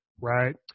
right